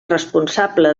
responsable